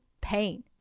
pain